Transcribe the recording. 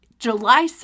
July